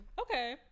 Okay